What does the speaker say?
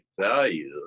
value